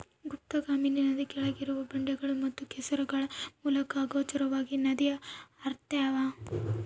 ಗುಪ್ತಗಾಮಿನಿ ನದಿ ಕೆಳಗಿರುವ ಬಂಡೆಗಳು ಮತ್ತು ಕೆಸರುಗಳ ಮೂಲಕ ಅಗೋಚರವಾಗಿ ನದಿ ಹರ್ತ್ಯಾವ